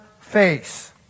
face